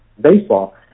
baseball